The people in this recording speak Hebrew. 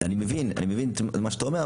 אני מבין את מה שאתה אומר,